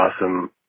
awesome